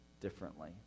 differently